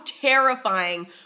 terrifying